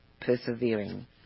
persevering